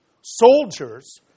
Soldiers